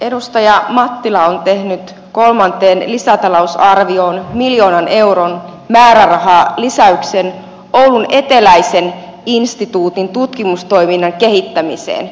edustaja mattila on tehnyt kolmanteen lisätalousarvioon miljoonan euron määrärahalisäyksen oulun eteläisen instituutin tutkimustoiminnan kehittämiseen